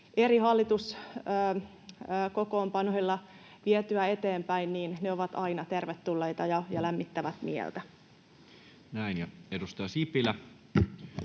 eri hallituskokoonpanoilla vietyä eteenpäin, niin ne ovat aina tervetulleita ja lämmittävät mieltä. [Speech